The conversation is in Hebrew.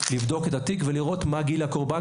לבדוק את התיק ולראות מה גיל הקורבן